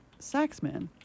saxman